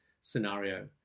scenario